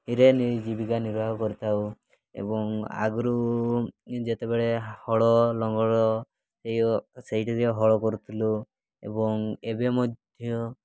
ଜୀବିକା ନିର୍ବାହ କରିଥାଉ ଏବଂ ଆଗରୁ ଯେତେବେଳେ ହଳ ଲଙ୍ଗଳ ସେଇଠିରେ ହଳ କରୁଥିଲୁ ଏବଂ ଏବେ ମଧ୍ୟ